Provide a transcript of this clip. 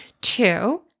Two